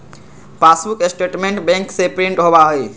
passbook statement bank से print होबा हई